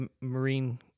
Marine